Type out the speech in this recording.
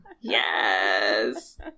Yes